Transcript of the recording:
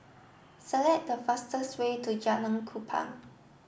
select the fastest way to Jalan Kupang